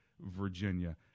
Virginia